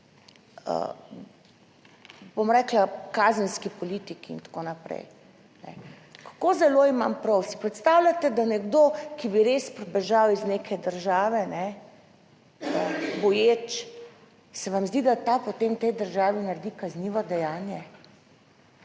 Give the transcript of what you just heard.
bom rekla, kazenski politiki in tako naprej. Kako zelo imam prav. Si predstavljate, da nekdo, ki bi res pribežal iz neke države, boječ se vam zdi, da ta potem v tej državi naredi kaznivo dejanje,